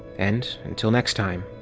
and until next time,